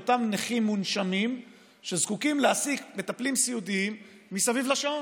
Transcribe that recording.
לאותם נכים מונשמים שזקוקים להעסיק מטפלים סיעודיים מסביב לשעון.